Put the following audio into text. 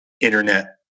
internet